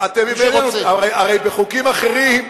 הרי בחוקים אחרים,